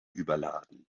überladen